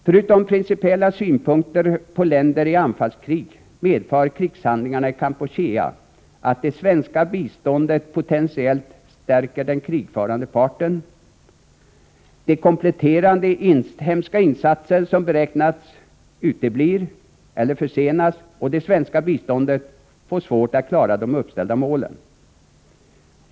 Förutom principiella synpunkter på länder i anfallskrig medför krigshandlingarna i Kampuchea att det svenska biståndet potentiellt stärker den krigförande parten, de kompletterande inhemska insatser som beräknats uteblir eller försenas, och det svenska biståndet får svårt att klara de uppställda målen.